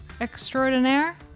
extraordinaire